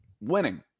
winning